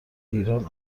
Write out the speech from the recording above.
ایران